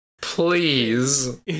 Please